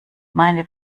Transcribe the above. meine